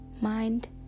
mind